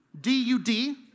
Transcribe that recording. D-U-D